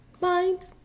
Mind